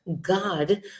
God